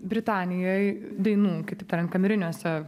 britanijoj dainų kitaip tariant kameriniuose